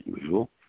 usual